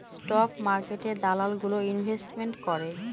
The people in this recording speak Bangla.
স্টক মার্কেটে দালাল গুলো ইনভেস্টমেন্ট করে